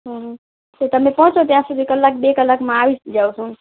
હા તો તમે પહોંચો ત્યાં સુધી કલાક બે કલાકમાં આવી જ જાઉં છું હું